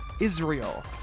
Israel